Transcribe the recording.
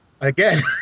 Again